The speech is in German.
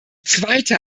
zweite